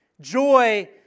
Joy